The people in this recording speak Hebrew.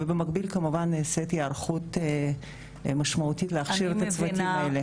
במקביל נעשית היערכות משמעותית להכשיר את הצוותים האלה.